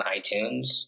iTunes